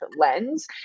lens